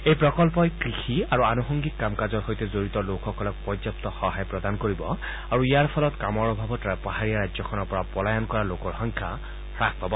এই প্ৰকন্পই কৃষি আৰু আনুসংগিক কাম কাজৰ সৈতে জড়িত লোকসকলক পৰ্যাপ্ত সহায় প্ৰদান কৰিব আৰু ইয়াৰ ফলত কামৰ অভাৱত পাহাৰীয়া ৰাজ্যখনৰ পৰা পলায়ন কৰা লোকৰ সংখ্যা হাস পাব